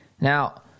now